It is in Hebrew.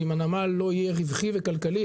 ואם הנמל לא יהיה רווחי וכלכלי,